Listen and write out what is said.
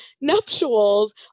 nuptials